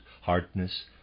hardness